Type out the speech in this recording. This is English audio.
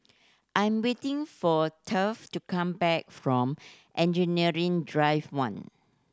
I'm waiting for Taft to come back from Engineering Drive One